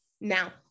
now